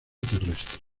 terrestre